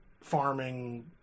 farming